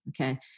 okay